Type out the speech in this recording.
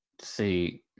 See